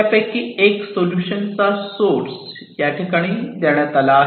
त्यापैकी 1 सोल्युशन चा सोर्स याठिकाणी देण्यात आला आहे